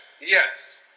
Yes